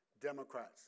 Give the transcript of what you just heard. Democrats